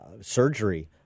surgery